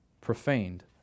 profaned